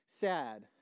sad